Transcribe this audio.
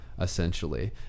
essentially